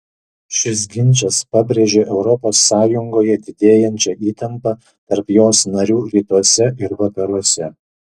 šis ginčas pabrėžė europos sąjungoje didėjančią įtampą tarp jos narių rytuose ir vakaruose